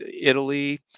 Italy